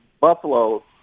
Buffalo